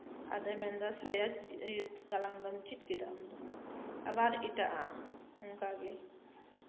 ᱟᱫᱚᱭ ᱢᱮᱱ ᱮᱫᱟ ᱥᱟᱭᱟ ᱜᱟᱞᱟᱝ ᱫᱚᱢ ᱪᱮᱫ ᱠᱮᱫᱟ ᱟᱢ ᱫᱚ ᱟᱵᱟᱨ ᱮᱴᱟᱜ ᱟᱜ ᱚᱱᱠᱟᱜᱮ